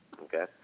Okay